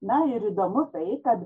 na ir įdomu tai kad